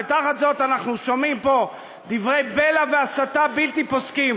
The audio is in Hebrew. ותחת זאת אנחנו שומעים פה דברי בלע והסתה בלתי פוסקים